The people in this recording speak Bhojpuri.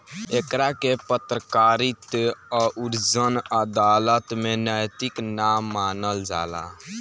एकरा के पत्रकारिता अउर जन अदालत में नैतिक ना मानल जाला